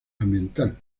ambiental